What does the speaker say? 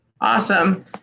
Awesome